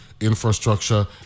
infrastructure